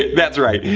that's right!